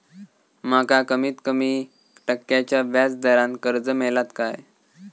माका कमीत कमी टक्क्याच्या व्याज दरान कर्ज मेलात काय?